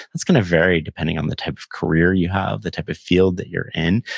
that's gonna vary depending on the type of career you have, the type of field that you're in,